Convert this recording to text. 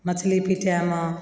मछली पीटयमे